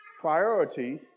priority